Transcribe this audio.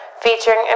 Featuring